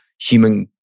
human